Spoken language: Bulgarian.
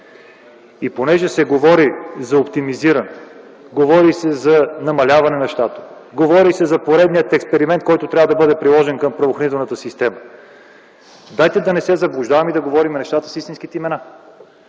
И понеже се говори за оптимизиране, говори се за намаляване на щата, говори се за поредния експеримент, който трябва да бъде приложен към правоохранителната система, дайте да не се заблуждаваме, и да говорим нещата им с истинските им